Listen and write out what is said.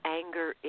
anger